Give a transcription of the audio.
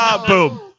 Boom